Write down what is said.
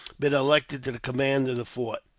been elected to the command of the fort.